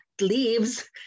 leaves